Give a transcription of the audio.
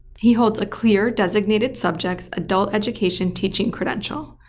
he holds a clear designated subjects adult education teaching credential,